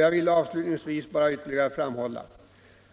Jag vill bara ytterligare framhålla